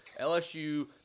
LSU